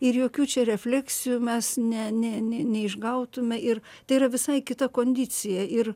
ir jokių čia refleksijų mes ne ne ne neišgautume ir tai yra visai kita kondicija ir